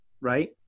right